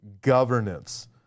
governance